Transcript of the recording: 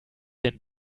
den